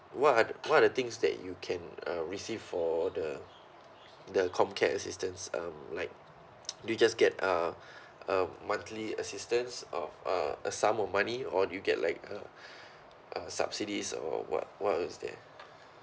what are what are the things that you can uh receive for the the com care assistance um like do you just get um uh monthly assistance or uh a sum of money or do you get like uh uh subsidies or what what was there